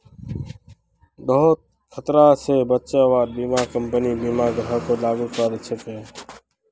बहुत स खतरा स बचव्वार बीमा कम्पनी बीमा ग्राहकक लागू कर छेक